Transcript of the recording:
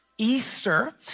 Easter